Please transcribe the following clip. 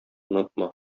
онытма